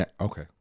Okay